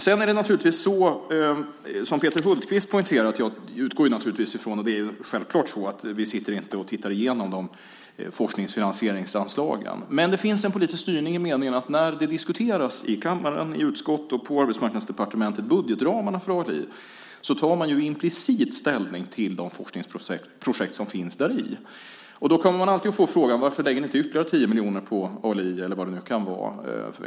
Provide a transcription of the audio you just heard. Det är naturligtvis så som Peter Hultqvist poängterade. Jag utgår från att vi inte ska sitta och titta igenom forskningsfinansieringsanslagen. Men det finns en politisk styrning i den meningen att när budgetramarna för ALI diskuteras i kammaren, i utskott och på Arbetsmarknadsdepartementet tar man implicit ställning till de forskningsprojekt som finns däri. Man kommer alltid att få frågan: Varför lägger ni inte ytterligare 10 miljoner på ALI, eller vad det nu kan vara?